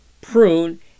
prune